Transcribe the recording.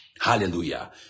Hallelujah